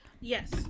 Yes